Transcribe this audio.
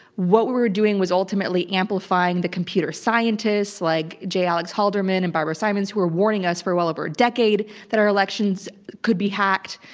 what we were doing was ultimately amplifying the computer scientists, like j. alex halderman and barbara simons, who were warning us for well over a decade that our elections could be hacked.